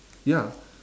ya